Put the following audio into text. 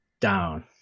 down